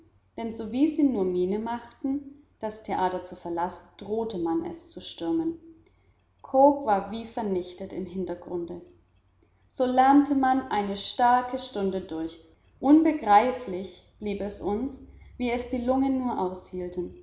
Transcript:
denn sowie sie nur miene machten das theater zu verlassen drohte man es zu stürmen cooke war wie vernichtet im hintergrunde so lärmte man eine starke stunde durch unbegreiflich blieb es uns wie es die lungen nur aushielten